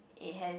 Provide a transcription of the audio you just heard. it has